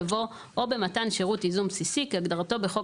יבוא "או במתן שירות ייזום בסיסי כהגדרתו בחוק